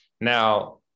Now